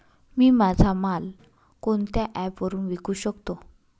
मी माझा माल कोणत्या ॲप वरुन विकू शकतो?